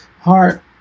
heart